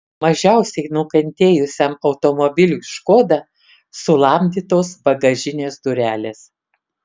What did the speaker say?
mažiausiai nukentėjusiam automobiliui škoda sulamdytos bagažinės durelės